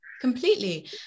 Completely